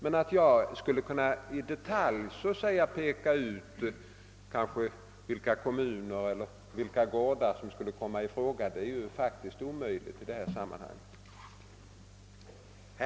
Det är dock omöjligt för mig att i detalj peka ut vilka kommuner eller vilka gårdar som skulle komma i fråga.